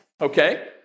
Okay